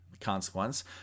consequence